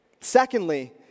Secondly